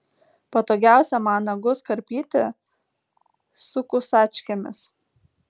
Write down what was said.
patogiausia man nagus karpyti su kusačkėmis